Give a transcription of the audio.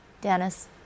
Dennis